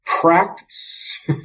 practice